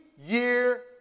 year